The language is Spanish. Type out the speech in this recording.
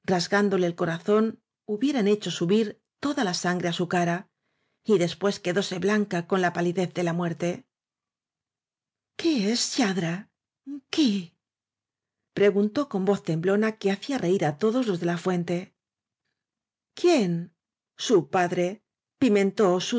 rasgándole el corazón hubieran hecho subir toda la sangre á su cara y después quedóse blanca con palidez de muerte jquí es lladre squí preguntó con voz temblona que hacía reir á todos las de la fuente quién su padre p mentó